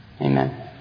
Amen